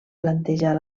plantejar